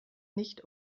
nicht